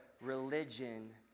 religion